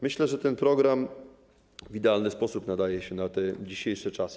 Myślę, że ten program w idealny sposób nadaje się na dzisiejsze czasy.